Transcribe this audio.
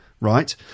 right